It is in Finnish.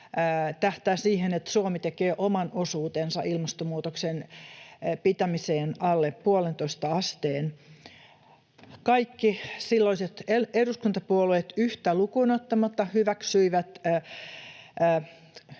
tähtää siihen, että Suomi tekee oman osuutensa ilmastonmuutoksen pitämiseen alle puolentoista asteen. Kaikki silloiset eduskuntapuolueet yhtä lukuun ottamatta hyväksyivät